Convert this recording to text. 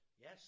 Yes